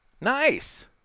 Nice